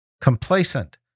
complacent